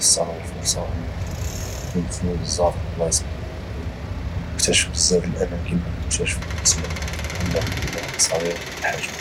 استغل الفرصة ادخل لبزاف دلبلايص اللي معمر دخليهم او كتاشف بزاف د الأماكن معمرو كتاشفهم بسبب انه ولى صغير الحجم